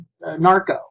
narco